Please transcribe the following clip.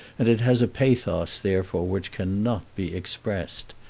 and it has a pathos therefore which cannot be expressed.